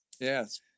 Yes